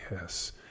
yes